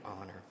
honor